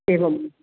एवम्